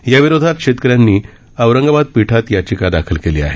याविरोधात शेतकऱ्यांनी औरंगाबाद पीठात याचिका दाखल केली आहे